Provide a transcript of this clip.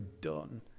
done